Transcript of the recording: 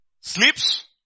sleeps